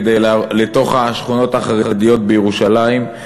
לתוך השכונות החרדיות בירושלים,